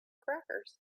crackers